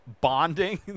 bonding